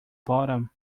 bottom